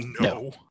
No